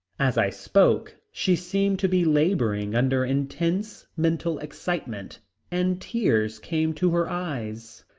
as i spoke she seemed to be laboring under intense mental excitement and tears came to her eyes.